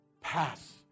Pass